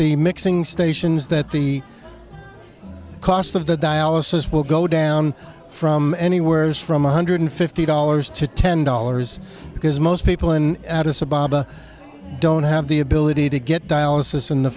the mixing stations that the cost of the dialysis will go down from anywheres from one hundred fifty dollars to ten dollars because most people in addison bob don't have the ability to get dialysis in the